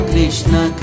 Krishna